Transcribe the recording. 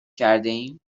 کردهایم